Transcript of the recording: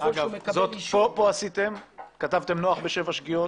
כאן כתבתם נוח בשבע שגיאות.